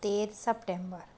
તેર સપ્ટેમ્બર